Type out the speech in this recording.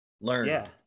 learned